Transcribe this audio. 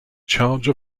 charge